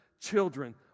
children